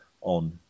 on